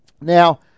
Now